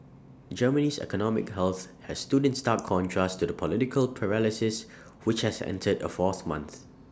Germany's economic health has stood in stark contrast to the political paralysis which has entered A fourth month